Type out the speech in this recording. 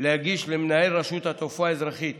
להגיש למנהל רשות התעופה האזרחית